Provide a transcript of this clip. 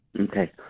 Okay